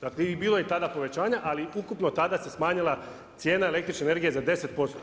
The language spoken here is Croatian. Dakle, i bilo je i tada povećanja, ali ukupno tada se smanjila cijena električne energije za 10%